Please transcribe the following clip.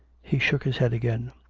he shook his head again.